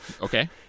Okay